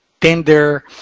tender